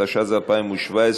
התשע"ז 2017,